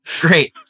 great